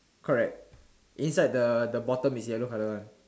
correct inside the the bottom is yellow colour one